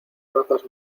razas